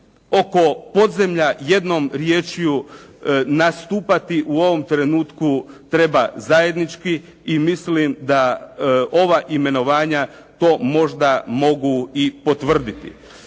Oko podzemlja jednom riječju nastupati u ovom trenutku treba zajednički i mislim da ova imenovanja to možda mogu i potvrditi.